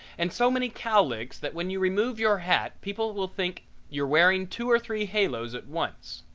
and so many cowlicks that when you remove your hat people will think you're wearing two or three halos at once.